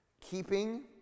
keeping